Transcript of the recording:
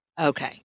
Okay